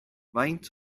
faint